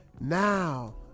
now